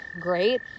great